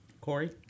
Corey